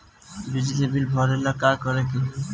बिजली बिल भरेला का करे के होई?